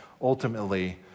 ultimately